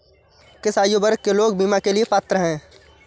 किस आयु वर्ग के लोग बीमा के लिए पात्र हैं?